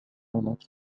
نفس